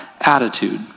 attitude